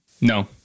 No